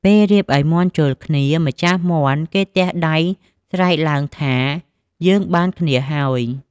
ពេលរៀបឲ្យមាន់ជល់គ្នា ម្ចាស់មាន់គេទះដៃស្រែកឡើង ថា យើងបានគ្នាហើយ ។